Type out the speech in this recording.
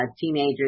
teenagers